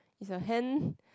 is your hand